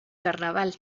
carnaval